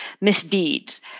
misdeeds